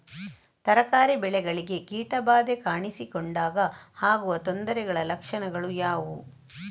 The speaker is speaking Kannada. ತರಕಾರಿ ಬೆಳೆಗಳಿಗೆ ಕೀಟ ಬಾಧೆ ಕಾಣಿಸಿಕೊಂಡಾಗ ಆಗುವ ತೊಂದರೆಗಳ ಲಕ್ಷಣಗಳು ಯಾವುವು?